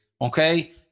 Okay